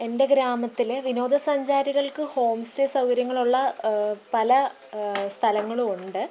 എൻ്റെ ഗ്രാമത്തിലെ വിനോദ സഞ്ചാരികൾക്ക് ഹോം സ്റ്റേ സൗകര്യങ്ങളുള്ള പല സ്ഥലങ്ങളുമുണ്ട്